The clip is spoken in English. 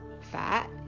fat